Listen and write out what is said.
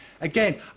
Again